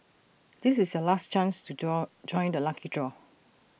this is your last chance to join join the lucky draw